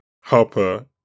Harper